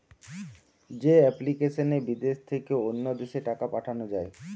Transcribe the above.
যে এপ্লিকেশনে বিদেশ থেকে অন্য দেশে টাকা পাঠান যায়